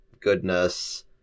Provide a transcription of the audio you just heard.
goodness